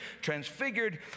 transfigured